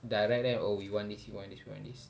direct them oh we want this we want this we want this